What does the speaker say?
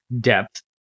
depth